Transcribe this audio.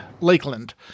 Lakeland